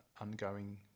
ongoing